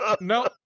No